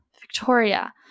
Victoria